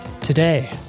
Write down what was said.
today